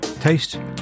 Taste